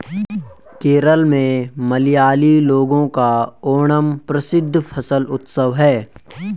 केरल में मलयाली लोगों का ओणम प्रसिद्ध फसल उत्सव है